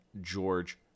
george